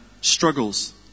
struggles